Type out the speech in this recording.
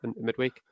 midweek